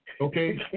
Okay